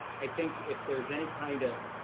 i think if there's any kind of